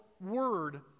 word